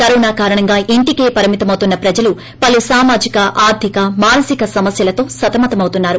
corona కారణంగా ఇంటికే పరిమితమవుతున్న ప్రజలు పలు సామాజిక ఆర్దిక మానసిక సమస్యలతో సతమతమవుతున్నారు